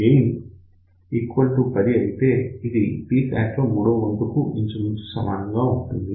gain 10 అయితే ఇదిPsat లో మూడవ వంతు కు ఇంచుమించు సమానంగా ఉంటుంది